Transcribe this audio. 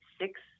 six